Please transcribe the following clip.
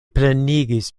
plenigis